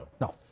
No